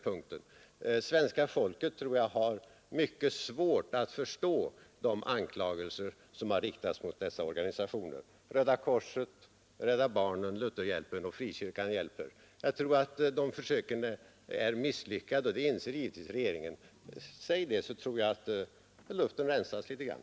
Jag tror att svenska folket har mycket svårt att förstå de anklagelser som har riktats mot dessa organisationer — Röda korset, Rädda barnen, Lutherhjälpen och Frikyrkan hjälper. Att försöken är misslyckade inser givetvis regeringen. Säg det, så tror jag att luften rensas litet grand!